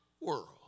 world